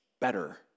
better